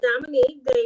Dominique